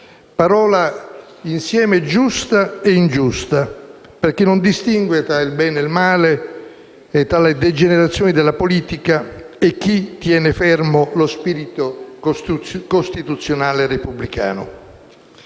parola insieme giusta e ingiusta perché non distingue tra il bene e il male, tra le degenerazioni della politica e chi tiene fermo lo spirito costituzionale e repubblicano.